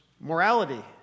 morality